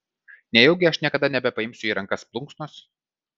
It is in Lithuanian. nejaugi aš niekada nebepaimsiu į rankas plunksnos